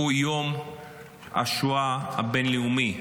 הוא יום השואה הבין-לאומי.